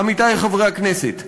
עמיתי חברי הכנסת,